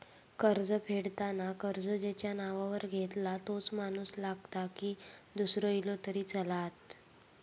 कर्ज फेडताना कर्ज ज्याच्या नावावर घेतला तोच माणूस लागता की दूसरो इलो तरी चलात?